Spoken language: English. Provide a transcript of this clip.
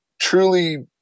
truly